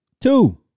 Two